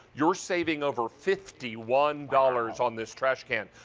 you're saving over fifty one dollars on this trash can.